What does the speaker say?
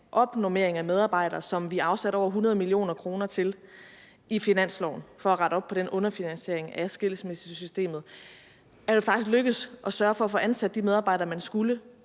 opnormering af medarbejdere, som vi har afsat over 100 mio. kr. til i finansloven for at rette op på den underfinansiering af skilsmissesystemet, er det faktisk på trods af coronakrisen lykkedes at få ansat de medarbejdere, som man skulle.